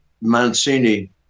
Mancini